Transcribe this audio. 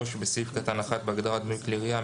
הסתייגות מספר 3 בסעיף קטן (1) בהגדרה "דמוי כלי ירייה"